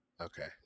Okay